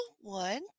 one